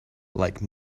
like